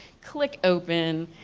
click open,